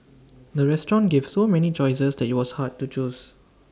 the restaurant gave so many choices that IT was hard to choose